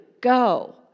Go